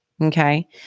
Okay